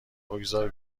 بگذار